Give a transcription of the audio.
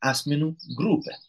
asmenų grupę